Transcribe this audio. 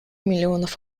миллионов